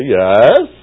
yes